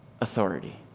authority